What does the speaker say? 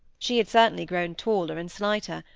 she had certainly grown taller and slighter,